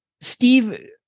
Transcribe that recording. Steve